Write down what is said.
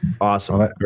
Awesome